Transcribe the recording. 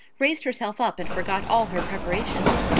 raised herself up and forgot all her preparations.